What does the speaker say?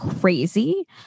crazy